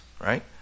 right